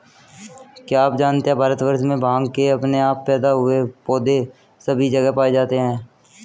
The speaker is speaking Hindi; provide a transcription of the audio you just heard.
क्या आप जानते है भारतवर्ष में भांग के अपने आप पैदा हुए पौधे सभी जगह पाये जाते हैं?